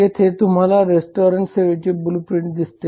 येथे तुम्हाला रेस्टॉरंट सेवेची ब्लूप्रिंट दिसते